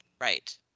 Right